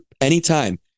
Anytime